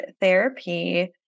therapy